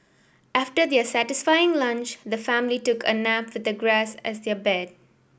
after their satisfying lunch the family took a nap with the grass as their bed